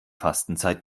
fastenzeit